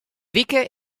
wike